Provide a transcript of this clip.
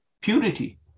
purity